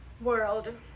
world